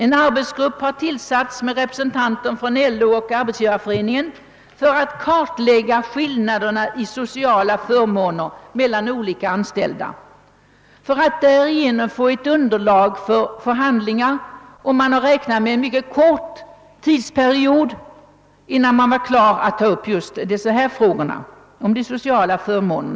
En arbetsgrupp har tillsatts med representanter för LO och Arbetsgivareföreningen som skall kartlägga skillnaderna i sociala förmåner mellan olika anställda för att därigenom få ett underlag för förhandlingar, och man säger att man sedan inom en mycket kort tidsperiod är redo att ta upp frågorna om dessa sociala förmåner.